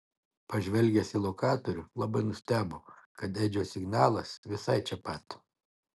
pažvelgęs į lokatorių labai nustebo kad edžio signalas visai čia pat